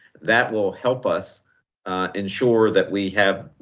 that will help us ensure that we have